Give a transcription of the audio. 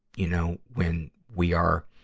you know, when we are,